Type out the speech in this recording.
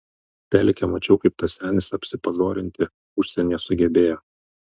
telike mačiau kaip tas senis apsipazorinti užsieny sugebėjo